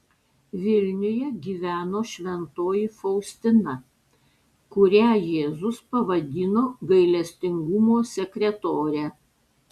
vilniuje gyveno šventoji faustina kurią jėzus pavadino gailestingumo sekretore